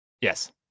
yes